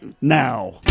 now